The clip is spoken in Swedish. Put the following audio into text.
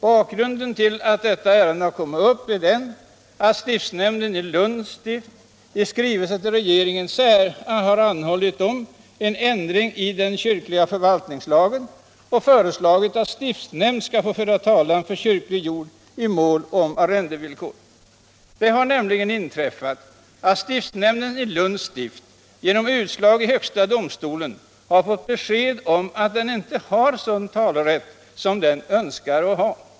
Bakgrunden till att detta ärende kommit upp är den, att stiftsnämnden i Lunds stift i skrivelse till regeringen har anhållit om en ändring i den kyrkliga förvaltningslagen och föreslagit att stiftsnämnd skall få föra talan för kyrklig jord i mål om arrendevillkor. Det har nämligen inträffat att stiftsnämnden i Lunds stift genom utslag i högsta domstolen har fått besked om att den inte har sådan talerätt som den önskar ha.